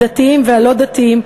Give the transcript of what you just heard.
הדתיים והלא-דתיים,